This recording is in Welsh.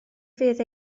fydd